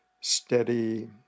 steady